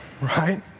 Right